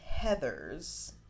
Heathers